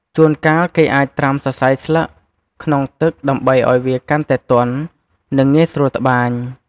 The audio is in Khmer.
ជួនកាល គេអាច ត្រាំសរសៃស្លឹកក្នុងទឹក ដើម្បីឲ្យវាកាន់តែទន់ និងងាយស្រួលត្បាញ។